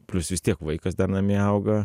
plius vis tiek vaikas dar namie auga